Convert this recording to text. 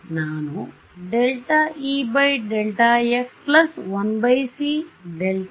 ನಾನು ∂E∂x 1c